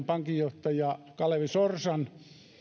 pankinjohtajan kalevi sorsan